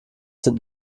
sind